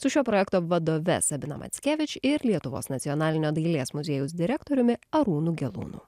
su šio projekto vadove sabina mackevič ir lietuvos nacionalinio dailės muziejaus direktoriumi arūnu gelūnu